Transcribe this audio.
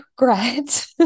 regret